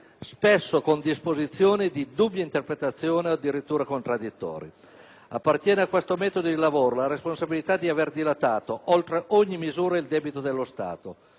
spesso con disposizioni di dubbia interpretazione o addirittura contraddittorie. Appartiene a questo metodo di lavoro la responsabilità di aver dilatato oltre ogni misura il debito dello Stato,